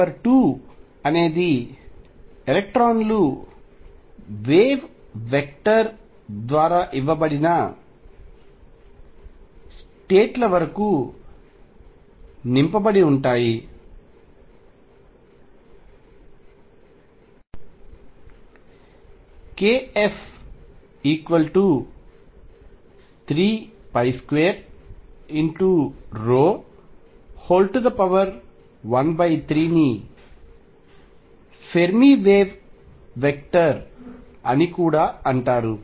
number 2 అనేది ఎలక్ట్రాన్లు wave vector ద్వారా ఇవ్వబడిన స్టేట్ ల వరకు నింపబడి ఉంటాయి kF3213ని ఫెర్మి వేవ్ వెక్టర్ అని కూడా అంటారు